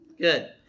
good